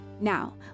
Now